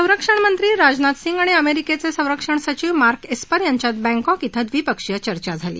संरक्षणमंत्री राजनाथ सिंग आणि अमेरिकेचे संरक्षण सचिव मार्क एस्पर यांच्यात बैंकॉक कें द्विपक्षीय चर्चा झाली